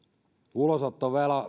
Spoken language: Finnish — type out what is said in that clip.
ulosottovelat